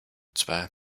zwei